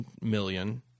million –